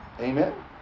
amen